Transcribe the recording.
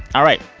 all right.